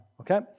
Okay